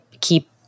keep